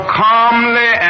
calmly